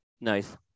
Nice